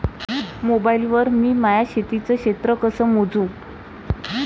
Mobile वर मी माया शेतीचं क्षेत्र कस मोजू?